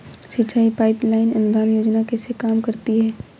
सिंचाई pipe line अनुदान योजना कैसे काम करती है?